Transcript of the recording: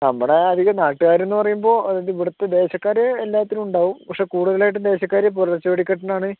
നമ്മടെ അധികം നാട്ടുകാരെന്നു പറയുമ്പോൾ ഇതിവിടുത്തെ ദേശക്കാർ എല്ലാത്തിനും ഉണ്ടാകും പക്ഷെ കുടുതലായിട്ട് ദേശക്കാര് പുലർച്ചെ വെടിക്കെട്ടിനാണ്